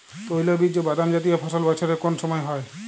তৈলবীজ ও বাদামজাতীয় ফসল বছরের কোন সময় হয়?